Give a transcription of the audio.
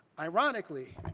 ironically,